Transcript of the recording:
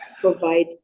provide